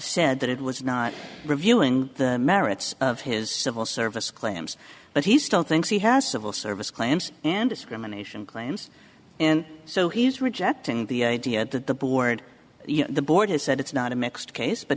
said that it was not reviewing the merits of his civil service claims but he still thinks he has civil service claims and discrimination claims and so he's rejecting the idea that the board you know the board has said it's not a mixed case but